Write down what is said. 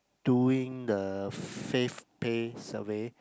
doing the FavePay survey